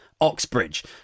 oxbridge